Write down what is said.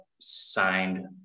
signed